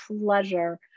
pleasure